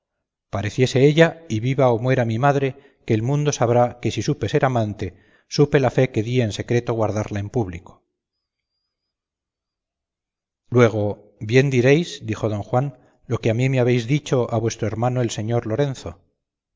pareciese ella y viva o muera mi madre que el mundo sabrá que si supe ser amante supe la fe que di en secreto guardarla en público luego bien diréis dijo don juan lo que a mí me habéis dicho a vuestro hermano el señor lorenzo